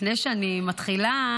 לפני שאני מתחילה,